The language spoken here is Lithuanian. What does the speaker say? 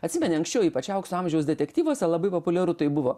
atsimeni anksčiau ypač aukso amžiaus detektyvuose labai populiaru tai buvo